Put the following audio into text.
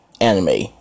anime